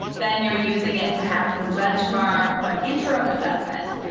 then you're using it perhaps as a benchmark or an interim assessment.